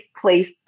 place